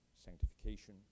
sanctification